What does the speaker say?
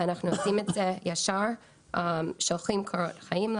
אנחנו שולחים קורות חיים.